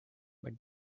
but